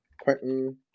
Quentin